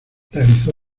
realizó